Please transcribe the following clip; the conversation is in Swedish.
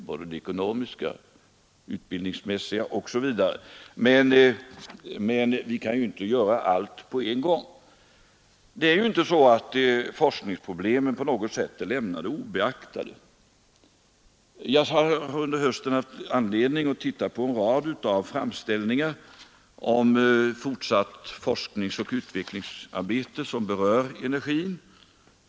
Men vi kan inte diskutera allt på en gång. Forskningsproblemen har inte på något sätt lämnats obeaktade. Jag har under hösten haft anledning att titta på en rad framställningar om fortsatt forskningsoch utvecklingsarbete som berör energin.